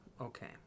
Okay